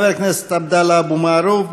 חבר הכנסת עבדאללה אבו מערוף,